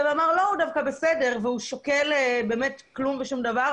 ואמר שהוא דווקא בסדר למרות שמשקלו לא היה גבוה.